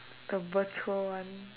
the virtual one